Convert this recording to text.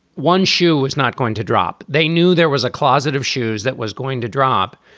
one shoe was not going to drop. they knew there was a closet of shoes that was going to drop.